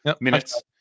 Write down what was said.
minutes